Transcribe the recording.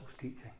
teaching